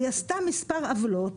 היא עשתה כמה עוולות.